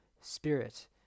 spirit